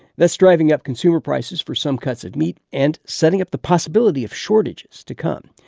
that's driving up consumer prices for some cuts of meat and setting up the possibility of shortages to come.